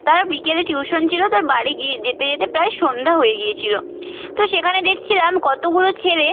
তার বিকেলে টিউশন ছিলো তার বাড়ি গিয়ে যেতে যেতে প্রায় সন্ধ্যা হয়ে গিয়েছিলো তো সেখানে দেখছিলাম কতোগুলো ছেলে